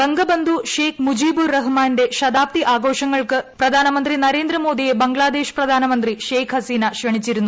ബംഗബന്ധു ഷേഖ് മുജീബുർ റഹ്മാന്റെ ശതാബ്ദി ആഘോഷങ്ങൾക്ക് പ്രധാനമന്ത്രി നരേന്ദ്രമോദിയെ ബംഗ്ലാദേശ് പ്രധാനമന്ത്രി ഷേഖ് ഹസീന ക്ഷണിച്ചിരുന്നു